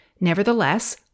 Nevertheless